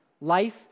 Life